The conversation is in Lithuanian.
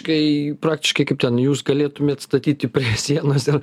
kai praktiškai kaip ten jūs galėtumėt statyti prie sienos ir